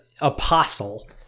apostle